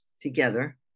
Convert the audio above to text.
together